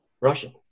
Russian